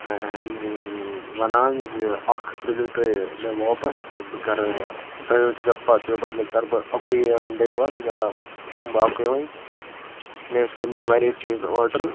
وَنان زِ اکھ تُلِو تُہۍ مےٚ واپَس بہٕ کَرٕ دۄیَو چَپاتِیَو بَدلہٕ کَرٕ بہٕ اَکوٚے ڈیٚلوَر یا کھیٚمہِ بہٕ اکوے وۄنۍ مےٚ ٲسۍ کٔرمٕتۍ واریاہ چیٖز آرڈَر